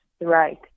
right